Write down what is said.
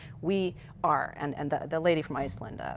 we are. and and the the lady from iceland. ah